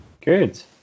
Good